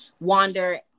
Wander